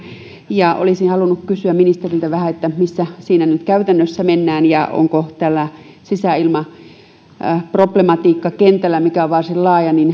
ja olisin halunnut vähän kysyä ministeriltä missä siinä nyt käytännössä mennään ja onko tällä sisäilmaproblematiikkakentällä mikä on varsin laaja